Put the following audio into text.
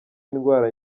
y’indwara